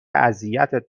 اذیتت